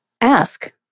ask